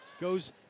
goes